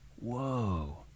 whoa